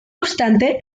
obstante